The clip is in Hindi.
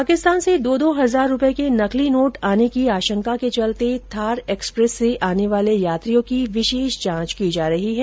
पकिस्तान से दो दो हजार के नकली नोट आने की आशंका के चलते थार एक्सप्रेस से आने वाले यात्रियों की विशेष जांच की जा रही है